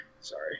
sorry